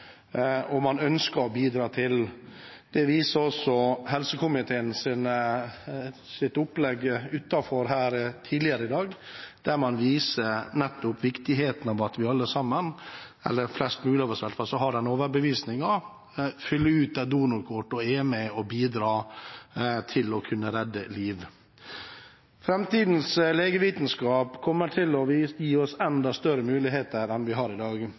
og hvor man ønsker å bidra. Det viser også helsekomiteens opplegg utenfor her tidligere i dag, der man nettopp viste viktigheten av at vi alle sammen – eller i hvert fall flest mulig av oss – har den overbevisningen, fyller ut et donorkort og er med og bidrar til å kunne redde liv. Framtidens legevitenskap kommer til å gi oss enda større muligheter enn vi har i dag,